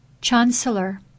Chancellor